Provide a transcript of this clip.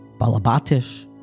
balabatish